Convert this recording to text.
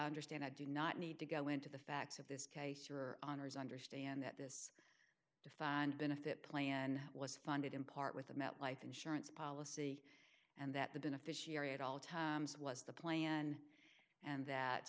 understand i do not need to go into the facts of this case your honour's understand that this defined benefit plan was funded in part with the met life insurance policy and that the beneficiary at all times was the plan and that